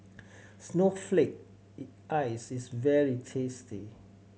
snowflake ice is very tasty